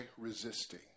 resisting